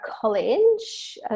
college